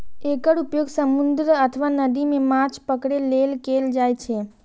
एकर उपयोग समुद्र अथवा नदी मे माछ पकड़ै लेल कैल जाइ छै